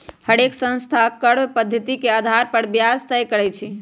हरेक संस्था कर्व पधति के अधार पर ब्याज तए करई छई